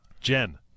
Jen